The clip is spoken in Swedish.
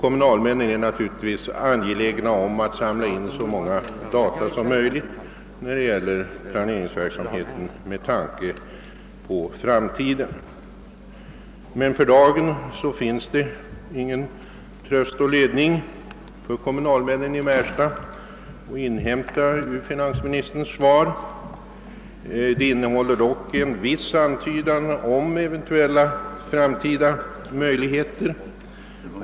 Kommunalmännen är givetvis angelägna om att samla in så många data som möjligt för planeringsverksamheten med tanke på framtiden. För dagen finns det av finansministerns svar att döma tydligen ingen tröst och ledning att hämta för kommunalmännen i Märsta, men svaret innehåller dock en antydan om eventuella fram tida möjligheter.